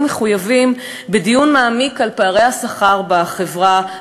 חייבים בדיון מעמיק על פערי השכר בחברה,